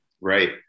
Right